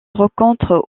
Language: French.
rencontre